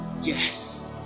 Yes